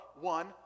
one